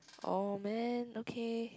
oh man okay